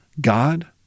God